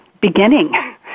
beginning